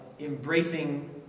Embracing